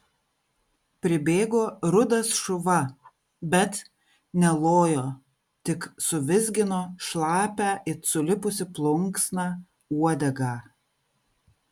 pribėgo rudas šuva bet nelojo tik suvizgino šlapią it sulipusi plunksna uodegą